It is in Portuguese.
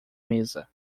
mesa